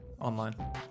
online